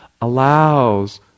allows